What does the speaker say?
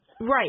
Right